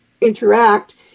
interact